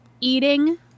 eating